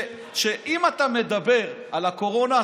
אם אתה מדבר על הקורונה,